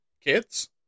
Kids